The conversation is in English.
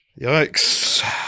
yikes